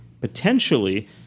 potentially